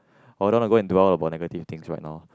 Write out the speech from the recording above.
I wouldn't like go and dwell about negative things right now